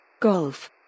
Golf